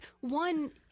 one